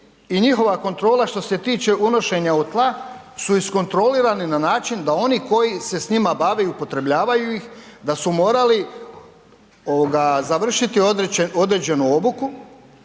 njihova kontrola što se tiče unošenja u tla su iskontrolirani na način da oni koji se s njima bave i upotrebljavaju ih da su morali ovoga završiti određenu obuku